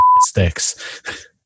sticks